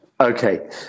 Okay